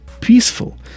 peaceful